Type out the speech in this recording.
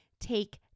take